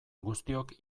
guztiok